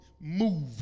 Move